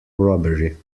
robbery